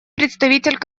представитель